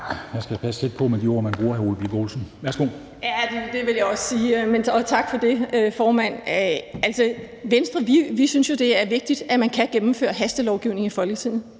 Man skal passe lidt på med de ord, man bruger, hr. Ole Birk Olesen. Værsgo. Kl. 10:38 Heidi Bank (V): Ja, det vil jeg også sige. Og tak for det, formand. Altså, Venstre synes jo, det er vigtigt, at man kan gennemføre hastelovgivning i Folketinget